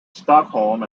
stockholm